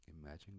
imagine